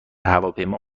هواپیما